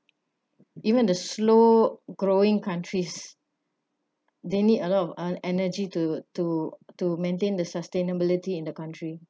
even the slow growing countries they need a lot of an energy to to to maintain the sustainability in the country